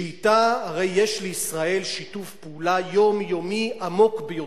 שאתה הרי יש לישראל שיתוף פעולה יומיומי עמוק ביותר.